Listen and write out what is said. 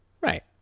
right